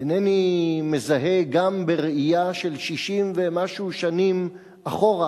אינני מזהה, גם בראייה של 60 ומשהו שנים אחורה,